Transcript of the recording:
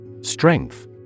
Strength